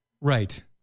Right